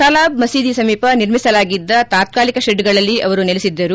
ತಲಾಬ್ ಮಸೀದಿ ಸಮೀಪ ನಿರ್ಮಿಸಲಾಗಿದ್ದ ತಾತಾಲಿಕ ಶೆಡ್ಗಳಲ್ಲಿ ಅವರು ನೆಲೆಸಿದ್ದರು